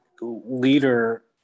leader